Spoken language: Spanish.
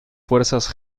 fuerzas